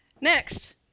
next